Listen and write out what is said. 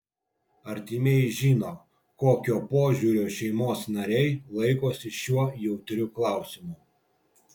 artimieji žino kokio požiūrio šeimos nariai laikosi šiuo jautriu klausimu